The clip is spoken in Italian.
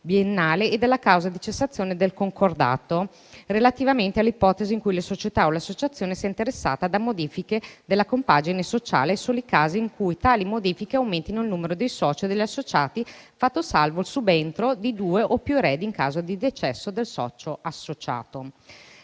biennale e della causa di cessazione del concordato relativamente all'ipotesi in cui la società o l'associazione sia interessata da modifiche della compagine sociale, nei soli casi in cui tali modifiche aumentino il numero dei soci o degli associati, fatto salvo il subentro di due o più eredi in caso di decesso del socio associato.